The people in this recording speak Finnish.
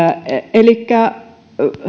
elikkä